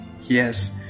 Yes